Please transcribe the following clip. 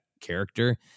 character